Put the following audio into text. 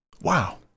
Wow